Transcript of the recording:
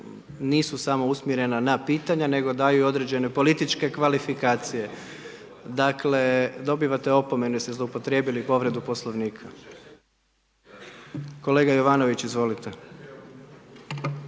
nisu samo usmjerena na pitanja, nego daju određene političke kvalifikacije. Dakle, dobivate opomene jer ste zloupotrebivi povredu poslovnika. Kolega Jovanović, izvolite.